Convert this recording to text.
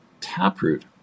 Taproot